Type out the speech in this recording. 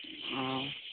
आं